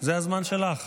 זה הזמן שלך.